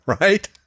right